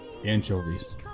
Anchovies